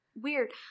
weird